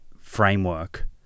framework